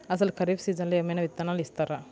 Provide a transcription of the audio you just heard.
అసలు ఖరీఫ్ సీజన్లో ఏమయినా విత్తనాలు ఇస్తారా?